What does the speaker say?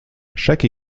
chaque